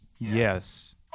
Yes